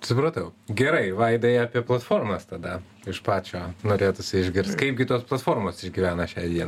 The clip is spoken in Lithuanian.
supratau gerai vaidai apie platformas tada iš pačio norėtųsi išgirsti kaipgi tos platformos išgyvena šiai dienai